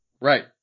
right